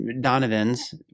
Donovan's